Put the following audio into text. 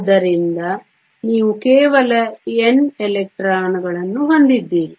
ಆದ್ದರಿಂದ ನೀವು ಕೇವಲ N ಎಲೆಕ್ಟ್ರಾನ್ಗಳನ್ನು ಹೊಂದಿದ್ದೀರಿ